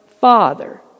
Father